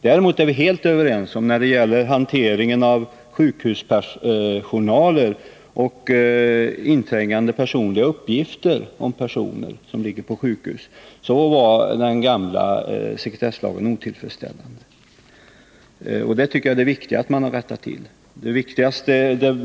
Däremot är vi helt överens i frågan om hanteringen av sjukhusjournaler och inträngande personliga uppgifter om personer som ligger på sjukhus — där var den gamla sekretesslagen otillfredsställande. Det viktiga är att man har rättat till det.